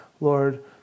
Lord